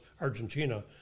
Argentina